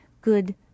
good